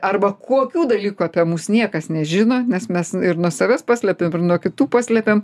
arba kokių dalykų apie mus niekas nežino nes mes ir nuo savęs paslepiam nuo kitų paslepiam